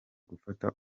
gufata